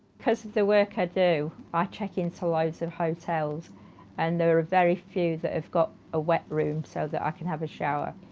because of the work i do, i check into loads of hotels and there are very few that have got a wet room so that i can have a shower.